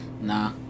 Nah